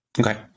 Okay